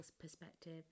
perspective